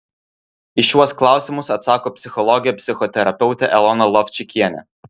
į šiuos klausimus atsako psichologė psichoterapeutė elona lovčikienė